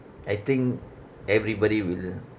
I think everybody will